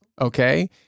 Okay